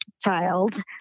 child